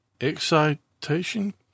excitation